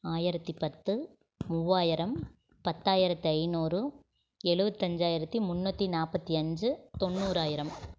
ஆயிரத்தி பத்து மூவாயிரம் பத்தாயரத்தி ஐநூறு எழுபத்தஞ்சாயிரத்தி முண்ணூற்றி நாற்பத்தி அஞ்சு தொண்ணூறாயிரம்